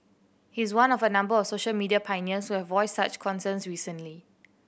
he is one of a number of social media pioneers who have voiced such concerns recently